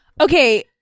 Okay